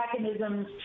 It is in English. mechanisms